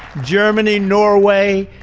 germany, norway,